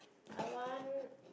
I want